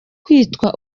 kwitwa